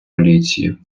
поліції